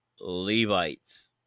Levites